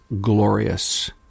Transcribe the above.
Glorious